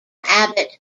abbott